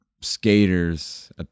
skaters